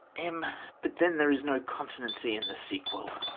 m but then there is no consonancy in the sequel